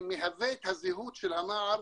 שמהווה את הזהות של הנער,